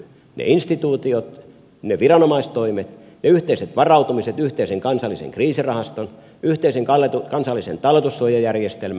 ne instituutiot ne viranomaistoimet ne yhteiset varautumiset yhteisen kansallisen kriisirahaston yhteisen kansallisen talletussuojajärjestelmän